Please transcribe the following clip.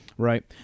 Right